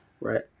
right